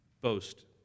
boast